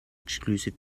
exclusive